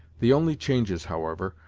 the only changes, however,